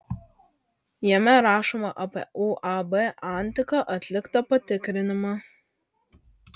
jame rašoma apie uab antika atliktą patikrinimą